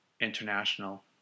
International